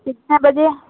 کتنا بجے